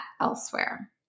elsewhere